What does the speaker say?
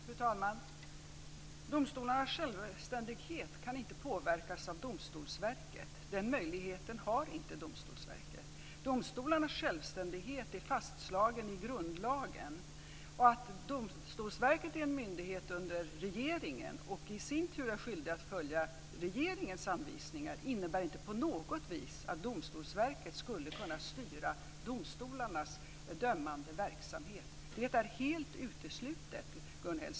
Fru talman! Domstolarnas självständighet kan inte påverkas av Domstolsverket. Den möjligheten har inte Domstolsverket. Domstolarnas självständighet är fastslagen i grundlagen. Att Domstolsverket är en myndighet under regeringen och i sin tur är skyldig att följa regeringens anvisningar innebär inte på något vis att Domstolsverket skulle kunna styra domstolarnas dömande verksamhet. Det är helt uteslutet.